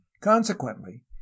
consequently